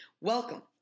Welcome